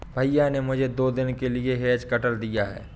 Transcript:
भैया ने मुझे दो दिन के लिए हेज कटर दिया है